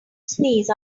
sneeze